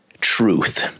truth